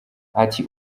ati